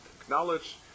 acknowledge